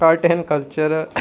art and culture